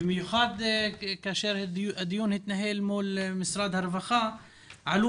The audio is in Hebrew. במיוחד כאשר הדיון מול משרד הרווחה עלו